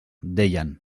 deien